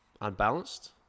Unbalanced